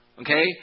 Okay